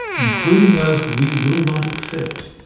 including those we will not accept.